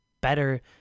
better